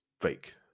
fake